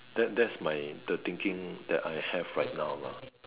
that that's my the thinking that I have right now lah